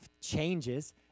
changes